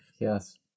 Yes